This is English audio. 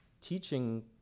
teaching